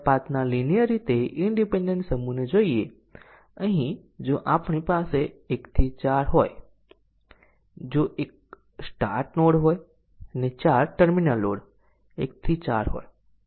જો આપણે બધું જોઈએ તો મલ્ટિપલ કંડિશન ડિસીઝન કવરેજ બંને સ્ટેટમેન્ટ કવરેજ નિર્ણય અથવા બ્રાંચ કવરેજ કન્ડીશન નિર્ણયના કવરેજ કરતા વધુ મજબૂત છે